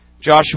Joshua